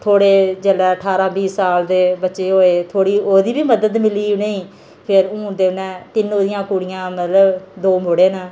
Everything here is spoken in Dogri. थोह्ड़े जेल्लै ठारां बीह् साल दे बच्चे होए थोह्ड़ी ओह्दी बी मदद मिली उ'नेंगी फिर हून ते तिन्न ओहदियां कुड़ियां मतलब दो मुड़े न